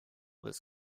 this